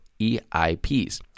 eips